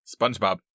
SpongeBob